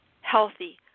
healthy